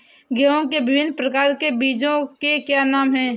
गेहूँ के विभिन्न प्रकार के बीजों के क्या नाम हैं?